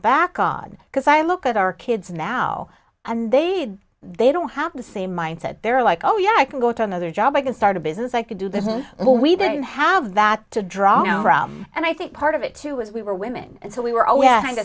back on because i look at our kids now and they they don't have the same mindset they're like oh yeah i can go to another job i can start a business i could do that well we didn't have that to draw and i think part of it too was we were women and so we were oh yeah